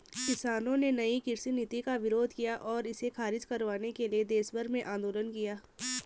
किसानों ने नयी कृषि नीति का विरोध किया और इसे ख़ारिज करवाने के लिए देशभर में आन्दोलन किया